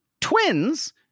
Twins